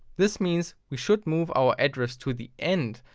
this means, we should move our address to the end,